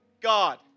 God